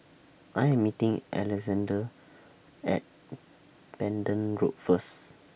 I Am meeting Alexande At Pending Road First